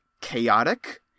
chaotic